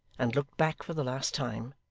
and looked back for the last time,